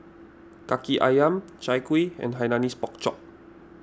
Kaki Ayam Chai Kuih and Hainanese Pork Chop